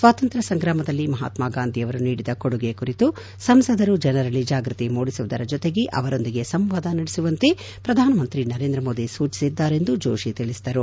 ಸ್ವಾತಂತ್ರ್ಯ ಸಂಗ್ರಾಮದಲ್ಲಿ ಮಹಾತ್ಮ ಗಾಂಧಿಯವರು ನೀಡಿದ ಕೊಡುಗೆ ಕುರಿತು ಸಂಸದರು ಜನರಲ್ಲಿ ಜಾಗ್ಚತಿ ಮೂಡಿಸುವುದರ ಜೊತೆಗೆ ಅವರೊಂದಿಗೆ ಸಂವಾದ ನಡೆಸುವಂತೆ ಶ್ರಧಾನಮಂತ್ರಿ ನರೇಂದ್ರ ಮೋದಿ ಸೂಚಿಸಿದ್ದಾರೆಂದು ಜೋಷಿ ತಿಳಿಸಿದರು